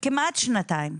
כמעט שנתיים.